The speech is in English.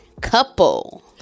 couple